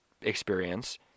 experience